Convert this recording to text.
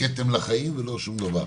כתם לחיים ולא שום דבר.